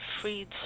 freed